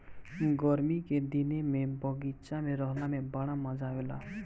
गरमी के दिने में बगीचा में रहला में बड़ा मजा आवेला